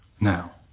Now